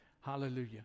Hallelujah